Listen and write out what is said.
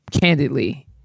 candidly